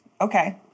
Okay